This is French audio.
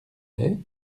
lait